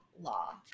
Law